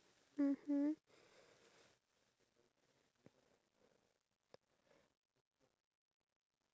that's what makes him so successful you know because in terms of business or in terms of life